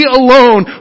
alone